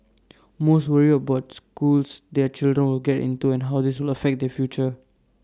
most worry about schools their children will get into and how this will affect their future